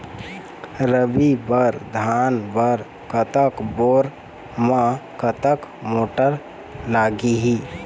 रबी बर धान बर कतक बोर म कतक मोटर लागिही?